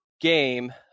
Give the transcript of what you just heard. game